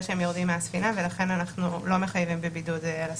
שהם יורדים מהספינה ולכן אנחנו לא מחייבים בבידוד על הספינה.